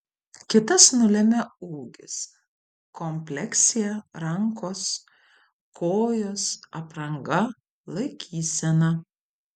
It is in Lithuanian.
kitas nulemia ūgis kompleksija rankos kojos apranga laikysena